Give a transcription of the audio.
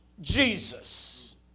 Jesus